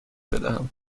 بدهم